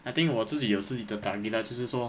I think 我自己有自己的 target lah 就是说